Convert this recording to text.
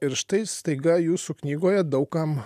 ir štai staiga jūsų knygoje daug kam